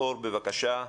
מאור, בבקשה.